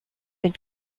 been